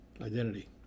identity